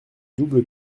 double